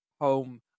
home